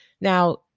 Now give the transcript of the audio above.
Now